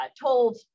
told